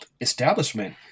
establishment